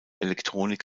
elektronik